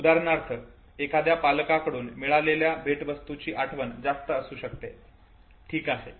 उदाहरणार्थ एखाद्या पालकाकडून मिळालेल्या भेटवस्तूची आठवण जास्त असू शकते ठीक आहे